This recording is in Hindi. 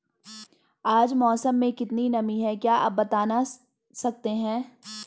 आज मौसम में कितनी नमी है क्या आप बताना सकते हैं?